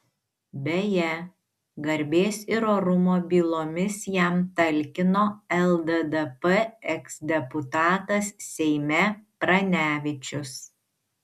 beje garbės ir orumo bylomis jam talkino lddp eksdeputatas seime pranevičius